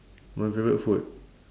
my favourite food